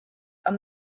are